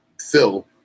Phil